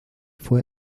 fue